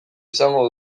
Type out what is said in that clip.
izango